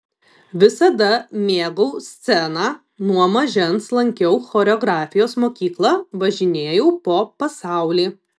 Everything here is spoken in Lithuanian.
visada mėgau sceną nuo mažens lankiau choreografijos mokyklą važinėjau po pasaulį